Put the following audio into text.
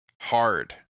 hard